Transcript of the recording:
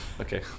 Okay